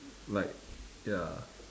like ya